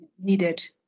needed